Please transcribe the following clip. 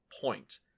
point